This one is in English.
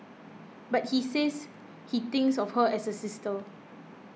but he says he thinks of her as a sister